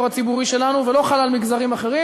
הציבורי שלנו ולא חל על מגזרים אחרים,